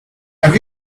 have